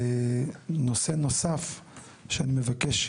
נושא נוסף שאני מבקש,